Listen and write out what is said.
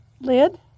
lid